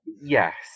Yes